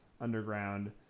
underground